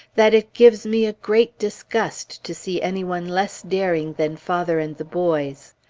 that it gives me a great disgust to see any one less daring than father and the boys.